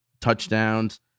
touchdowns